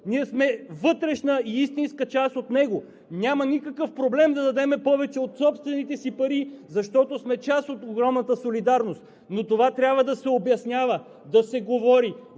Ние сме вътрешна и истинска част от него. Няма никакъв проблем да дадем повече от собствените си пари, защото сме част от огромната солидарност. Но това трябва да се обяснява, да се говори